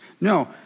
No